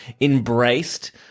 embraced